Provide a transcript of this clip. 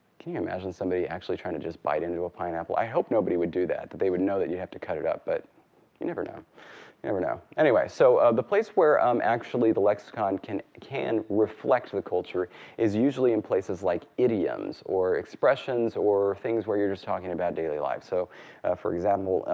can you imagine somebody actually trying to just bite into a pineapple? i hope nobody would do that, that they would know you have to cut it up, but you never know. you never know. anyway, so the place where um actually the lexicon can can reflect the culture is usually in places like idioms, or expressions, or things where you're just talking about daily life. so for example,